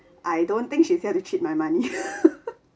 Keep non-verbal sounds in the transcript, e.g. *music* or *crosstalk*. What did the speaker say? I don't think she's here to cheat my money *laughs*